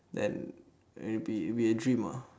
then it will be it will be a dream ah